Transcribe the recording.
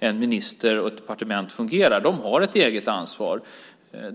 en minister och ett departement fungerar. De har ett eget ansvar.